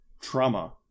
trauma